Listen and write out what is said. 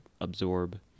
absorb